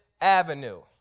Avenue